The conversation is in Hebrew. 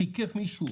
תיקף מישהו